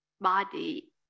body